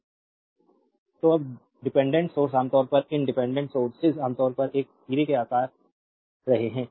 slide time देखें 1056 तो अब डिपेंडेंट सोर्स आमतौर पर इन डिपेंडेंट सोर्सेज आमतौर पर एक हीरे के आकार रहे हैं